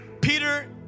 Peter